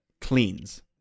cleans